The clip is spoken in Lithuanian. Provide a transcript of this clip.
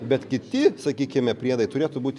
bet kiti sakykime priedai turėtų būti